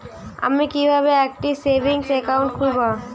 আমি কিভাবে একটি সেভিংস অ্যাকাউন্ট খুলব?